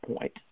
point